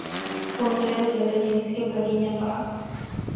phone ᱨᱮᱫᱚ ᱡᱷᱚᱛᱚ ᱡᱤᱱᱤᱥ ᱜᱮ ᱵᱷᱟᱜᱮ ᱧᱮᱞᱚᱜᱼᱟ